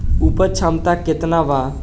उपज क्षमता केतना वा?